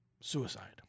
suicide